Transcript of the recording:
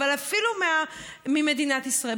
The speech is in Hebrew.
אבל ממדינת ישראל,